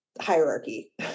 hierarchy